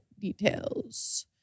details